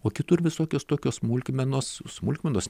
o kitur visokios tokios smulkmenos smulkmenos